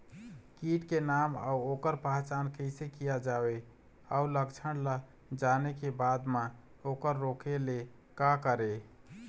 कीट के नाम अउ ओकर पहचान कैसे किया जावे अउ लक्षण ला जाने के बाद मा ओकर रोके ले का करें?